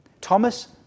Thomas